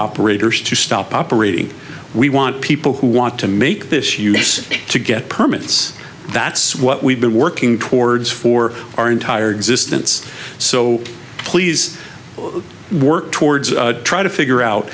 operators to stop operating we want people who want to make this use to get permits that's what we've been working towards for our entire existence so please work towards trying to figure out